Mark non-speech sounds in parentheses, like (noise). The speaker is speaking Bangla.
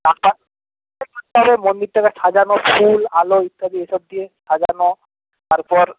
(unintelligible) মন্দিরটাকে সাজানো আছে ফুল আলো ইত্যাদি এসব দিয়ে সাজানো তারপর